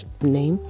name